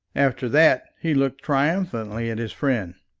after that he looked triumphantly at his friend.